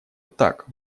так